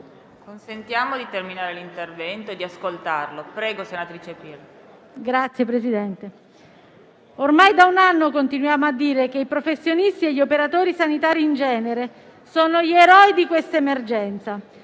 Ormai da un anno continuiamo a dire che i professionisti e gli operatori sanitari in genere sono gli eroi di questa emergenza;